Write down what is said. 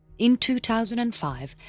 in two thousand and five,